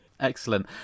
Excellent